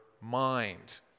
mind